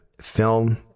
film